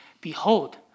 Behold